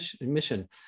mission